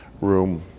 room